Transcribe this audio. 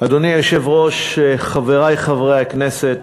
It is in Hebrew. אדוני היושב-ראש, חברי חברי הכנסת,